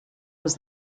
was